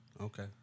Okay